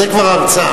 זאת כבר הרצאה,